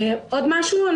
אני